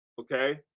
Okay